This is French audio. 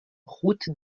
route